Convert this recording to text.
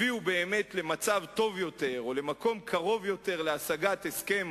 הביאו באמת למצב טוב יותר או למקום קרוב יותר להשגת הסכם